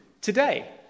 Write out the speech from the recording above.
today